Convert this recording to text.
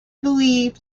believe